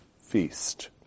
feast